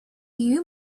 you